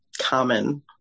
common